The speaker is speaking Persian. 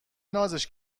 نازش